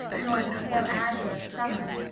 nor the pale azure of summer,